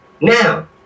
Now